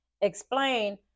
explain